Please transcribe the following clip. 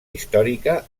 històrica